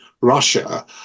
Russia